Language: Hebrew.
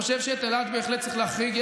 אני חושב שאת אילת בהחלט צריך להחריג.